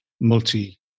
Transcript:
multi